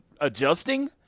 adjusting